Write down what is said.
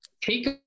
Take